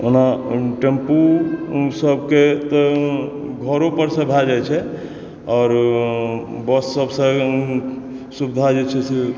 ओना टेम्पू सबके तऽ घरो पर सॅं भए जाइ छै आओर बस सबके सुविधा जे छै से